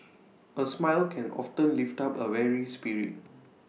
A smile can often lift up A weary spirit